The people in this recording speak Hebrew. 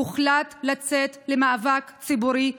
הוחלט לצאת למאבק ציבורי רחב.